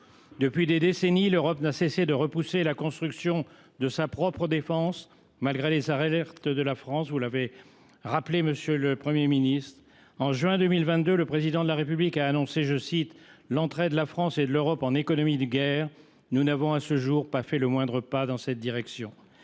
Depuis des décennies l’Europe n’a cessé de reporter la construction de sa propre défense, malgré les alertes de la France, comme vous l’avez souligné, monsieur le Premier ministre. En juin 2022, le Président de la République a annoncé « l’entrée de la France et de l’Europe en économie de guerre ». Nous n’avons, à ce jour, pas fait le moindre pas dans cette direction.